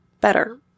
better